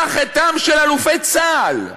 מה חטאם של אלופי צה"ל,